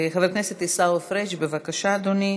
חבר הכנסת עיסאווי פריג', בבקשה, אדוני,